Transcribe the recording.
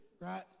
right